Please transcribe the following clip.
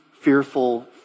fearful